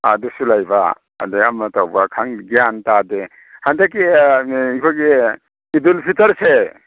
ꯑꯥ ꯑꯗꯨꯁꯨ ꯂꯩꯕ ꯑꯗꯒꯤ ꯑꯃ ꯇꯧꯕ ꯈꯪꯗꯦ ꯒ꯭ꯌꯥꯟ ꯇꯥꯗꯦ ꯍꯟꯗꯛꯀꯤ ꯑꯩꯈꯣꯏꯒꯤ ꯏꯗꯨꯜ ꯐꯤꯇꯔꯁꯦ